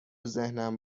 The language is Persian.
ذهنم